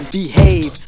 behave